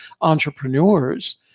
entrepreneurs